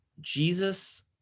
Jesus